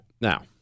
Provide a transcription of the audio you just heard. Now